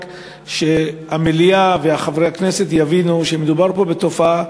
רק שהמליאה וחברי הכנסת יבינו שמדובר פה בתופעה